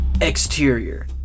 Exterior